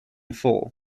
full